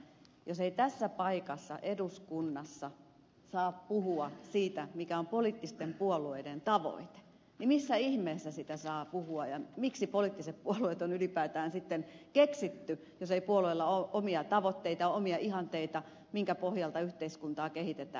jos ei tässä paikassa eduskunnassa saa puhua siitä mikä on poliittisten puolueiden tavoite niin missä ihmeessä siitä saa puhua ja miksi poliittiset puolueet on ylipäätään sitten keksitty jos ei puolueilla ole omia tavoitteita omia ihanteita minkä pohjalta yhteiskuntaa kehitetään